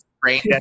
brain